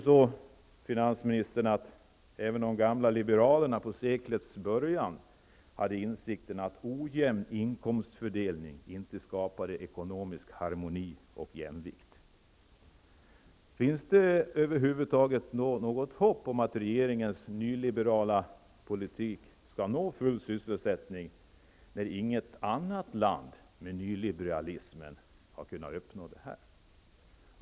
Nej, finansministern, även de gamla liberalerna under seklets början insåg att ojämn inkomstfördelning inte skapar ekonomisk harmoni och jämvikt. Finns det över huvud taget något hopp om att regeringens nyliberala politik skall kunna leda till full sysselsättning när inget annat land med nyliberalt styre har kunnat uppnå det målet?